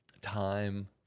Time